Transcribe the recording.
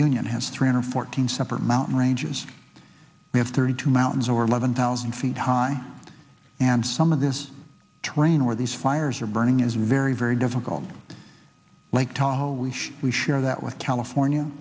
union has three hundred fourteen separate mountain ranges we have thirty two mountains or eleven thousand feet high and some of this terrain where these fires are burning is very very difficult lake tahoe leash we share that with california